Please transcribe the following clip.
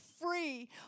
free